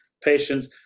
patients